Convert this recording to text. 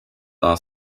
are